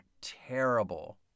terrible